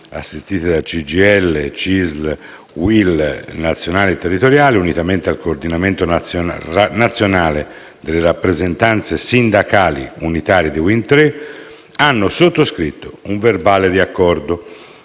assistite da CGIL, CISL e UIL nazionali e territoriali, unitamente al coordinamento nazionale delle rappresentanze sindacali unitarie di Wind Tre, hanno sottoscritto un verbale di accordo